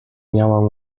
miałam